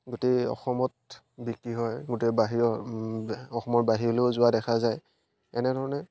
গোটেই অসমত বিক্ৰী হয় গোটেই বাহিৰৰ অসমৰ বাহিৰলৈও যোৱা দেখা যায় এনেধৰণে